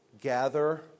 gather